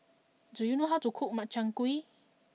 do you know how to cook Makchang Gui